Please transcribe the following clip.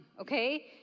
okay